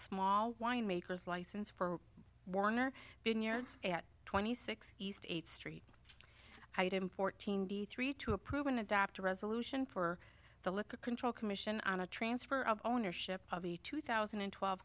small winemakers license for warner been years twenty six east eighth street item fourteen three to approve an adopt a resolution for the liquor control commission on a transfer of ownership of a two thousand and twelve